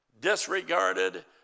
disregarded